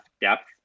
depth